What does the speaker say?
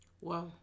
Wow